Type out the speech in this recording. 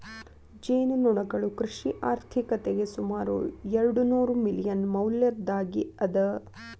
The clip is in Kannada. ಜೇನುನೊಣಗಳು ಕೃಷಿ ಆರ್ಥಿಕತೆಗೆ ಸುಮಾರು ಎರ್ಡುನೂರು ಮಿಲಿಯನ್ ಮೌಲ್ಯದ್ದಾಗಿ ಅದ